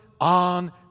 on